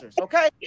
okay